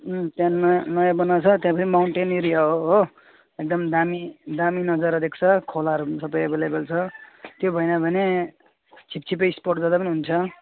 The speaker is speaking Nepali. उम्म त्यहाँ नयाँ नयाँ बनाएको छ त्यहाँ पनि माउन्टेन एरिया हो हो एकदम दामी दामी नजारा देख्छ खोलाहरू पनि सबै एभाइलेबल छ त्यो भएन भने छिपछिपे स्पट जाँदा पनि हुन्छ